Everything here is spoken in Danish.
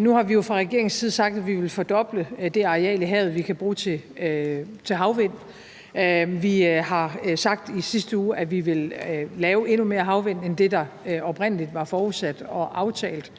Nu har vi jo fra regeringens side sagt, at vi vil fordoble det areal i havet, vi kan bruge til havvind; vi har sagt i sidste uge, at vi vil lave endnu mere havvind end det, der oprindelig var forudsat og aftalt;